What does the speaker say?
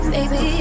Baby